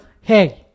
hey